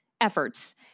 efforts